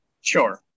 Sure